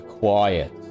Quiet